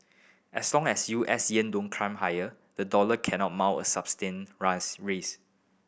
as long as U S yield don't climb higher the dollar cannot mount a substained rise race